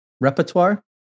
repertoire